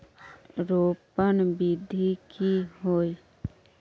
रोपण विधि की होय?